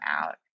out